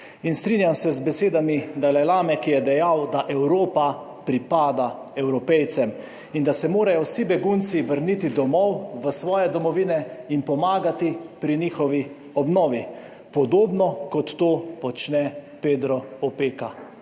In strinjam se z besedami Dalajlame, ki je dejal, da Evropa pripada Evropejcem, in da se morajo vsi begunci vrniti domov v svoje domovine in pomagati pri njihovi obnovi, podobno kot to počne Pedro Opeka.